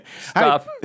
Stop